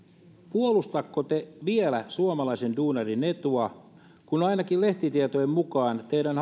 puolustatteko te vielä suomalaisen duunarin etua kun ainakin lehtitietojen mukaan teidän